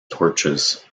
torches